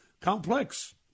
complex